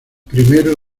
primero